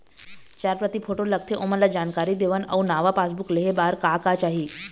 चार प्रति फोटो लगथे ओमन ला जानकारी देथन अऊ नावा पासबुक लेहे बार का का चाही?